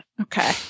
Okay